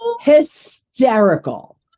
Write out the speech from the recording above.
hysterical